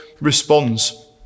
responds